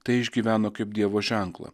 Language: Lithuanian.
tai išgyveno kaip dievo ženklą